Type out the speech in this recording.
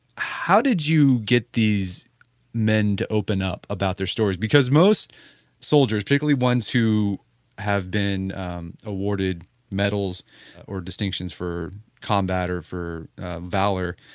how did you get these men to open up about their stories? because most soldiers, particularly ones who have been awarded medals or distinctions for combat or for valor,